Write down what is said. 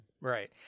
Right